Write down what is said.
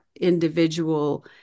individual